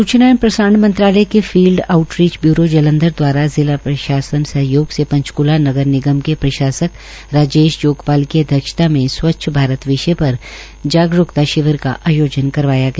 सूचना एवं प्रसारण मंत्रालय के फील्ड आऊटरीच ब्यूरो जांलधर दवारा जिला प्रशासन सहयोग से पंचक्ला नगर निगम के प्रशासक राजेश जोगपाल की अध्यक्षता में स्वच्छ भारत विषय पर जागरूकता शिविर का आयोजन करवाया गया